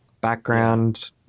background